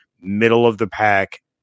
middle-of-the-pack